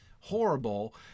horrible